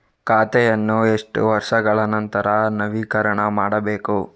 ಖಾತೆಯನ್ನು ಎಷ್ಟು ವರ್ಷಗಳ ನಂತರ ನವೀಕರಣ ಮಾಡಬೇಕು?